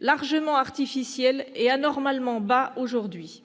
largement artificiels et anormalement bas aujourd'hui.